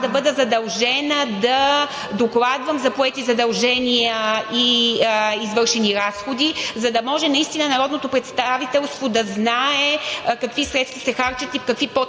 да бъда задължена да докладвам за поети задължения и извършени разходи, за да може наистина народното представителство да знае какви средства се харчат и какви подписи